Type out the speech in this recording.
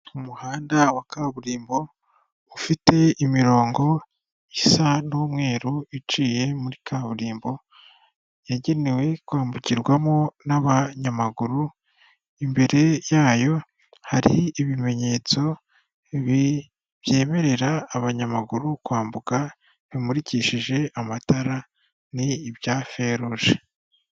Umuhanda wa kaburimbo, ufite imirongo isa n'umweru iciye muri kaburimbo, yagenewe kwambukirwamo n'abanyamaguru, imbere yayo hari ibimenyetso byemerera abanyamaguru kwambuka, bimurikishije amatara, ni ibya feruje.